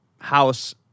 house